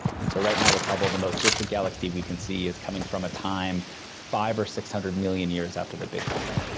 and so right now with hubble the most distant galaxy we can see is coming from a time five hundred or six hundred million years after the big bang.